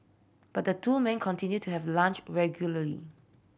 but the two men continued to have lunch regularly